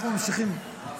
אנחנו ממשיכים.